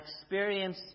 experience